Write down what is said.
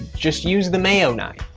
just use the mayo knife.